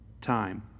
time